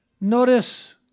Notice